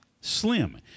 slim